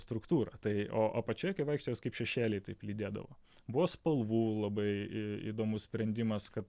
struktūrą tai o apačioje kai vaikštai jos kaip šešėliai taip lydėdavo buvo spalvų labai i įdomus sprendimas kad